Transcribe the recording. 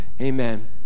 amen